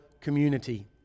community